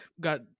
got